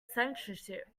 censorship